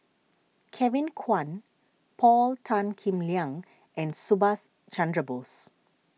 Kevin Kwan Paul Tan Kim Liang and Subhas Chandra Bose